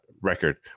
record